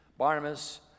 Barnabas